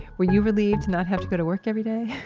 were you relieved to not have to go to work every day?